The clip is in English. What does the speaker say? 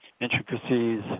intricacies